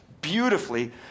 Beautifully